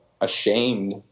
ashamed